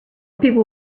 people